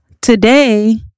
Today